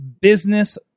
business